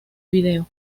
vídeo